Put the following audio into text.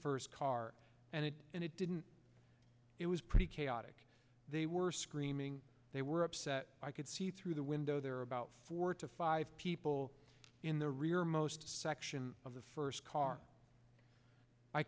first car and it and it didn't it was pretty chaotic they were screaming they were upset i could see through the window there are about four to five people in the rear most section of the first car i